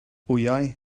wyau